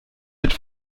mit